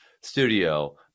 studio